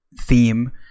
theme